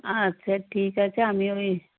আচ্ছা ঠিক আছে আমিও এই